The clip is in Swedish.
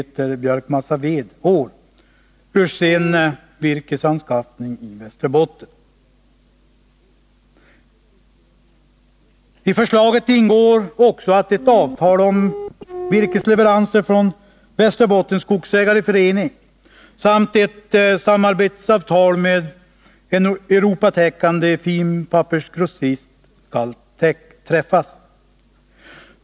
björkmassaved per år ur sin virkesanskaffning i Västerbotten. I förslaget ingår också att ett avtal om virkesleveranser från Västerbottens skogsägareförening samt ett samarbetsavtal med en europatäckande finpappersgrossist skall träffas.